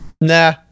Nah